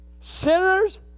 sinners